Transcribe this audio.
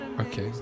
Okay